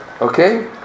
okay